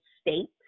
state